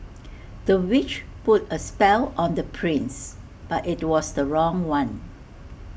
the witch put A spell on the prince but IT was the wrong one